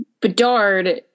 Bedard